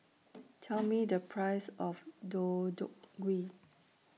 Tell Me The Price of Deodeok Gui